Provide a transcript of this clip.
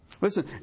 Listen